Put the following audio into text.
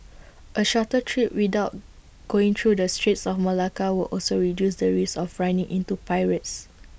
A shorter treat without going through the straits of Malacca would also reduce the risk of running into pirates